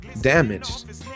damaged